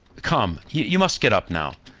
come, you must get up now.